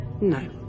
No